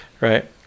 right